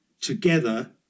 Together